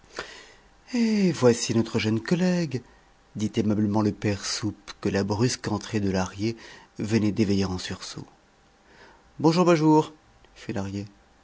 eh voici notre jeune collègue dit aimablement le père soupe que la brusque entrée de lahrier venait d'éveiller en sursaut bonjour bonjour fit lahrier